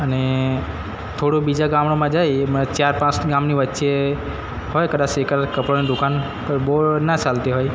અને થોડું બીજા ગામડામાં જઈએ એમાં ચાર પાંચ ગામની વચ્ચે હોય કદાચ એકાદા કપડાંની દુકાન પણ બહુ ના ચાલતી હોય